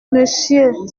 monsieur